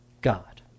God